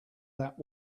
that